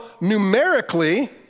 numerically